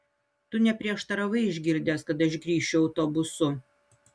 tu neprieštaravai išgirdęs kad aš grįšiu autobusu